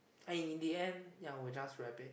and in the end ya we just wrap it